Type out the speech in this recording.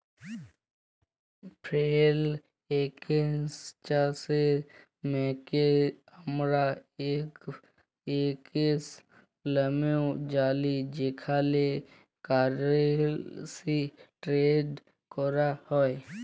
foreign exchange মার্কেটকে আমরা এফ.এ.কে.এস লামেও জালি যেখালে কারেলসি টেরেড ক্যরা হ্যয়